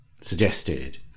suggested